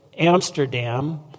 Amsterdam